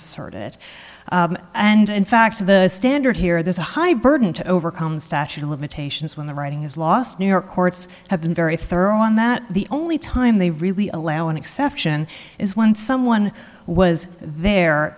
asserted and in fact to the standard here there's a high burden to overcome the statute of limitations when the writing is lost new york courts have been very thorough on that the only time they really allow an exception is when someone was there